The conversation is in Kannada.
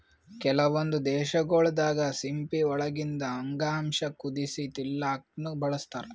ಕೆಲವೊಂದ್ ದೇಶಗೊಳ್ ದಾಗಾ ಸಿಂಪಿ ಒಳಗಿಂದ್ ಅಂಗಾಂಶ ಕುದಸಿ ತಿಲ್ಲಾಕ್ನು ಬಳಸ್ತಾರ್